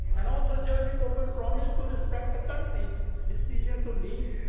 and also jeremy corbyn promised to respect the country's decision to leave,